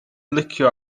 licio